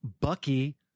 Bucky